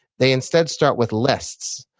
they instead start with lists.